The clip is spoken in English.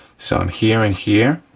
so i'm here and here,